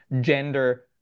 gender